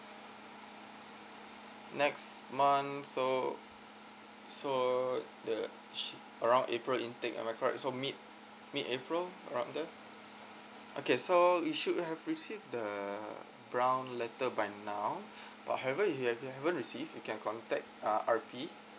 next month so so the around april intake am I correct so mid mid april aroudn there okay so you should have received the brown letter by now but however if you have haven't receive you can contact uh R_P